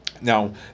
Now